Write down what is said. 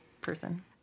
person